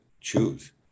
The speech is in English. choose